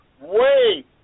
wait